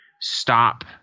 stop